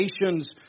nations